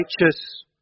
righteous